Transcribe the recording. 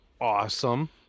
awesome